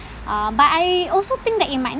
uh but I also think that it might